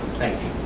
thank you